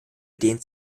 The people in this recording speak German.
dehnt